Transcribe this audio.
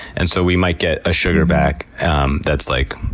and so we might get a sugar back um that's like,